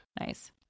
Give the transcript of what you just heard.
nice